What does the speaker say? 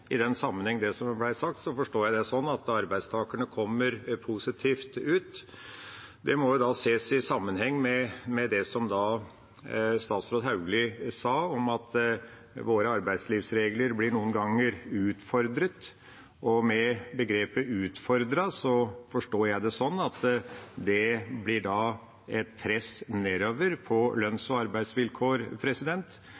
I den sammenhengen det ble sagt, forstår jeg det slik at arbeidstakerne kommer positivt ut. Det må ses i sammenheng med det som statsråd Hauglie sa, om at våre arbeidslivsregler noen ganger blir utfordret. Med begrepet «utfordret» forstår jeg at det blir et press nedover på